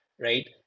Right